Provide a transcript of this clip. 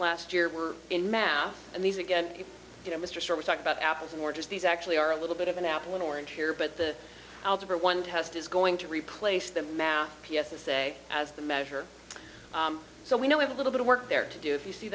last year we're in math and these again you know mr we talk about apples and oranges these actually are a little bit of an apple and orange here but the algebra one test is going to replace the math p s a as the measure so we know if a little bit of work there to do if you see